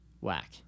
Whack